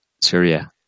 Syria